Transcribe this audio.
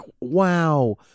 wow